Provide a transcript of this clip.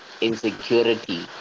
insecurity